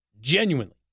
Genuinely